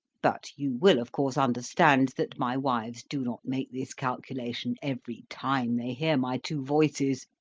but you will of course understand that my wives do not make this calculation every time they hear my two voices.